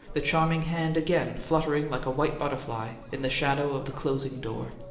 the charming hand again fluttering like a white butterfly in the shadow of the closing door.